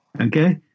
Okay